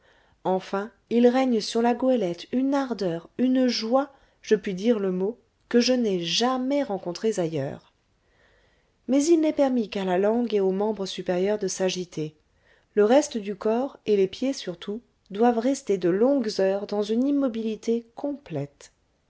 enfin il règne sur la goélette une ardeur une joie je puis dire le mot que je n'ai jamais rencontrées ailleurs mais il n'est permis qu'à la langue et aux membres supérieurs de s'agiter le reste du corps et les pieds surtout doivent rester de longues heures dans une immobilité complète